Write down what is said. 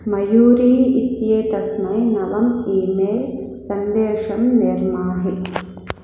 मयूरी इत्येतस्मै नवम् email सन्देशं निर्माहि